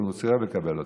הוא סירב לקבל אותה.